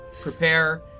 prepare